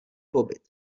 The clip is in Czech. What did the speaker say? pobyt